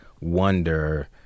wonder